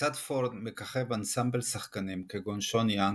לצד פורד מככב אנסמבל שחקנים כגון שון יאנג,